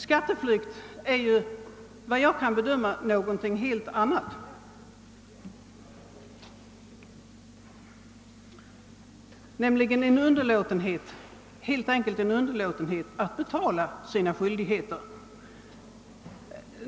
Skatteflykt är såvitt jag förstår något helt annat, nämligen helt enkelt underlåtenhet att fullgöra sin skattskyldighet.